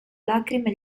lacrime